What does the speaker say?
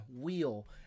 wheel